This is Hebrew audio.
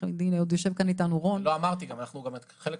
חלק גדול מהם